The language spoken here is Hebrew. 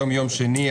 היום יום שני,